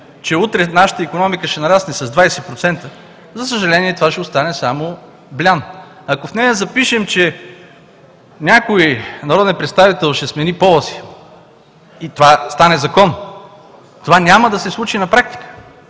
че утре нашата икономика ще нарасне с 20%, за съжаление, това ще остане само блян. Ако в нея запишем, че някой народен представител ще смени пола си и това стане закон, това няма да се случи на практика.